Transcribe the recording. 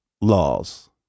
laws